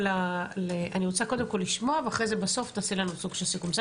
אני רוצה קודם כל לשמוע ובסוף תעשי לנו סוג של סיכום,